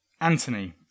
Anthony